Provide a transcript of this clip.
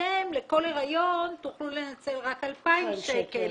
אתן לכל הריון תוכלו לנצל רק 2,000 שקל,